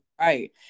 right